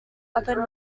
other